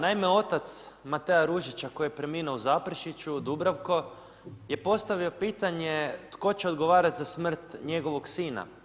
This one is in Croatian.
Naime, otac Matea Ružića koji je preminuo u Zaprešiću, Dubravko je postavio pitanje tko će odgovarati za smrt njegovog sina.